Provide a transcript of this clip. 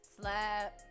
Slap